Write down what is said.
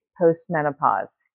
post-menopause